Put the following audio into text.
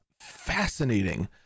fascinating